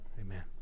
Amen